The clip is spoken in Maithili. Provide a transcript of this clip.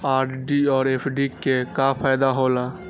आर.डी और एफ.डी के का फायदा हौला?